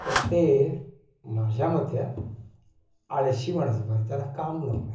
तर ते माझ्या मते आं आळशी माणसं भारताला काम नको आहे